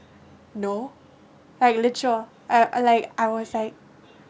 no like literal uh like I was like